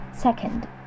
Second